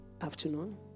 afternoon